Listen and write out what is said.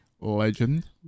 Legend